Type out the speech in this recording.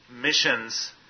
missions